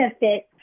benefits